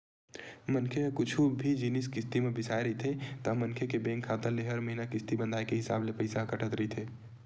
मनखे ह कुछु भी जिनिस किस्ती म बिसाय रहिथे ता मनखे के बेंक के खाता ले हर महिना किस्ती बंधाय के हिसाब ले पइसा ह कटत रहिथे